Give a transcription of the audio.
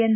N